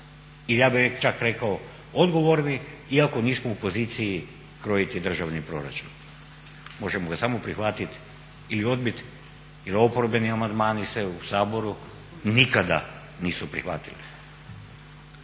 ja bih čak rekao odgovorni iako nismo u poziciji krojiti državni proračun. Možemo ga samo prihvatiti ili odbiti jer oporbeni amandmani se u Saboru nikada nisu prihvatili.